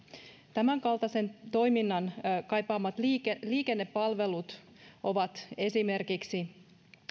tämän kaltaisen toiminnan kaipaamat liikennepalvelut ovat esimerkiksi